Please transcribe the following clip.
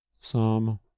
Psalm